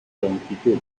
longitud